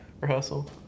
rehearsal